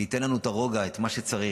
ייתנו לנו את הרוגע ואת מה שצריך.